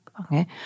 okay